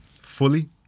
fully